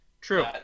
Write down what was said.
true